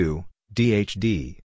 D-H-D